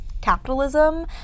capitalism